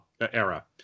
era